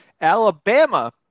Alabama